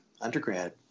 undergrad